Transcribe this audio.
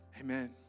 Amen